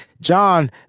John